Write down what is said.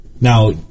Now